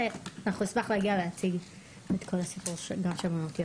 אנחנו קומה 3 וקומה 4 כבר של הטיפול בפניות.